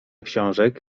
książek